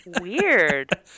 weird